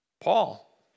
Paul